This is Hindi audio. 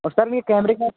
और सर ये कैमरे का